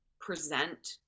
present